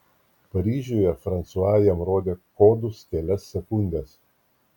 paryžiuje fransua jam rodė kodus kelias sekundes